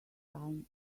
time